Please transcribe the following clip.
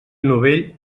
novell